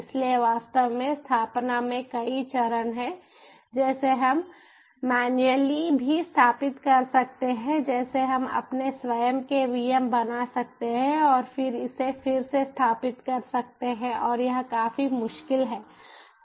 इसलिए वास्तव में स्थापना में कई चरण हैं जैसे हम मैनुअली भी स्थापित कर सकते हैं जैसे हम अपने स्वयं के VM बना सकते हैं और फिर इसे फिर से स्थापित कर सकते हैं और यह काफी मुश्किल है